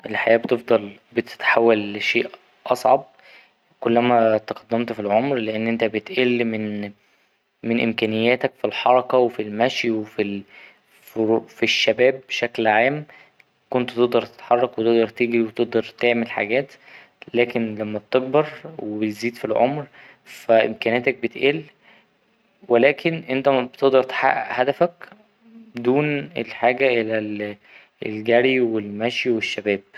الحياة بتفضل بتتحول لشيء أصعب كلما تقدمت في العمر لأن أنت بتقل من ـ من إمكانياتك في الحركة و في المشي وفي الـ ـ في الشباب بشكل عام كنت تقدر تتحرك وتقدر تجري وتقدر تعمل حاجات لكن لما بتكبر وبتزيد في العمر فا إمكانياتك بتقل ولكن انت بتقدر تحقق هدفك دون الحاجة للجري والمشي والشباب.